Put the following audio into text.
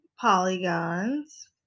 polygons